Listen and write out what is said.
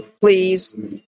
Please